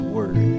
Word